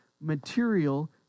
material